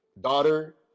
daughter